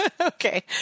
Okay